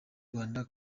rwanda